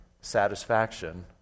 satisfaction